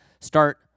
start